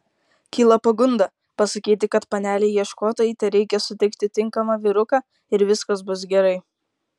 kyla pagunda pasakyti kad panelei ieškotojai tereikia sutikti tinkamą vyruką ir viskas bus gerai